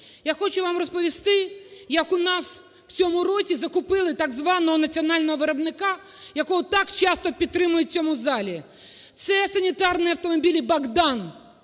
Я хочу вам розповісти, як у нас в цьому році закупили у так званого національного виробника, якого так часто підтримують в цьому залі, це санітарні автомобілі "Богдан",